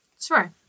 Sure